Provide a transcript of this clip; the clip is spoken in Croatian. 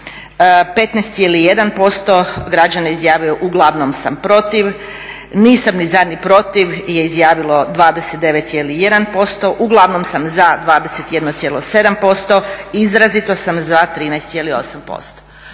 15,1% građana je izjavilo uglavnom sam protiv, nisam ni za ni protiv je izjavilo 29,1%, uglavnom sam za 21,7%, izrazito sam za 13,8%.